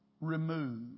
remove